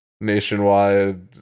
nationwide